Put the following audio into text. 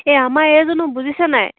এই আমাৰ এইজনো বুজিছে নাই